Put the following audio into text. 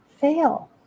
fail